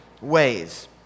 ways